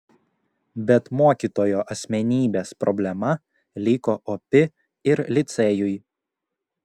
bet mokytojo asmenybės problema liko opi ir licėjui